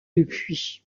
depuis